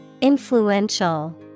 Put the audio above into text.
Influential